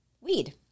weed